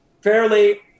fairly